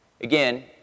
again